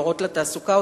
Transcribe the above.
"אורות לתעסוקה",